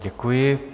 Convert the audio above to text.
Děkuji.